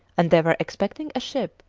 and they were expecting a ship,